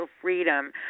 freedom